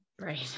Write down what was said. Right